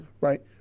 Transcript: Right